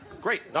great